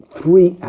three